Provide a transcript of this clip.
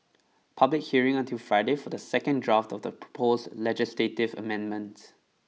public hearing until Friday for the second draft of proposed legislative amendments